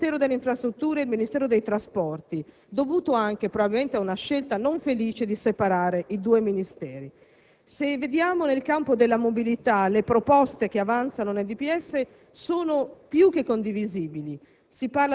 tra il Ministero delle infrastrutture e il Ministero dei trasporti, dovuto anche, probabilmente, ad una scelta non felice di separare i due Dicasteri. Se consideriamo nel campo della mobilità le proposte che avanza il DPEF, esse sono più che condivisibili: